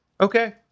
Okay